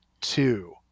two